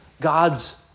God's